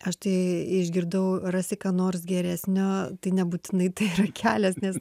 aš tai išgirdau rasi ką nors geresnio tai nebūtinai tai yra kelias nes